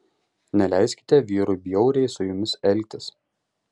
neleiskite vyrui bjauriai su jumis elgtis